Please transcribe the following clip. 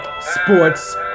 Sports